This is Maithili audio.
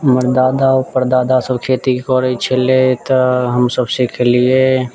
हमर दादा परदादा सब खेती करै छलै तऽ हमसब सीखलियै